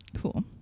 Cool